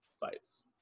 fights